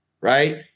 right